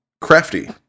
crafty